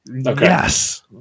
Yes